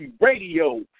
Radio